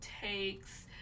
Takes